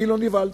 אני לא נבהלתי.